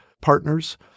partners